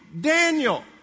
Daniel